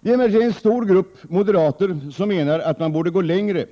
Det är emellertid en stor grupp moderater som menar att man borde gå längre